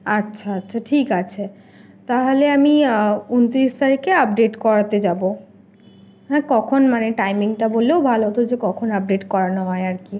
আচ্ছা আচ্ছা ঠিক আছে তাহালে আমি উনত্রিশ তারিখে আপডেট করাতে যাবো হ্যাঁ কখন মানে টাইমিংটা বললেও ভালো হতো যে কখন আপডেট করানো হয় আরকি